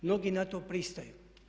Mnogi na to pristaju.